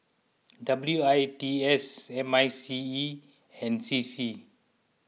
W I T S M I C E and C C